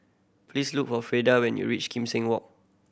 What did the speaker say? please look for Freda when you reach Kim Seng Walk